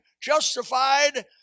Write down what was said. justified